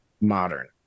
Modern